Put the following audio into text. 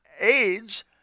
AIDS